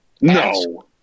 No